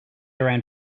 around